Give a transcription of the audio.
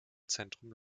zentrum